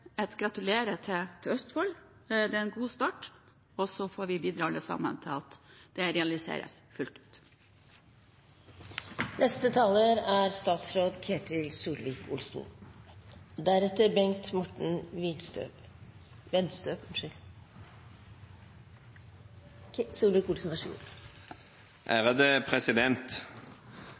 er en god start, og så får vi alle sammen bidra til at dette realiseres fullt ut. Det er